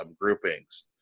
groupings